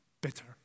bitter